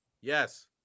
Yes